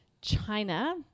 China